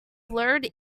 blurred